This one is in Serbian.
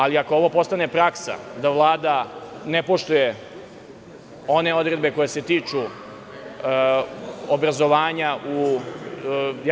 Ali, ako ovo postane praksa da Vlada ne poštuje one odredbe koje se tiču obrazovanja u…